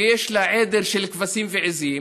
ויש לה עדר של כבשים ועיזים,